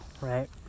right